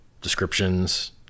descriptions